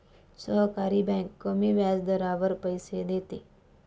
सहकारी बँक कमी व्याजदरावर पैसे देते